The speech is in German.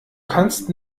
kannst